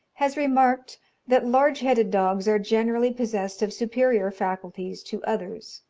has remarked that large-headed dogs are generally possessed of superior faculties to others.